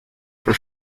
for